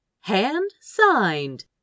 hand-signed